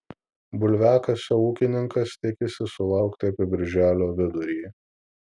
bulviakasio ūkininkas tikisi sulaukti apie birželio vidurį